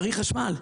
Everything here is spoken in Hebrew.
צריך חשמל.